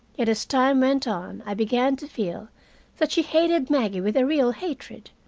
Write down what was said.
yet as time went on i began to feel that she hated maggie with a real hatred.